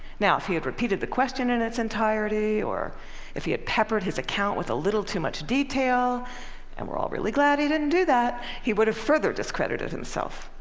now if he had repeated the question in its entirety, or if he had peppered his account with a little too much detail and we're all really glad he didn't do that he would have further discredited himself.